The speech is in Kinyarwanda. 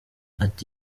ati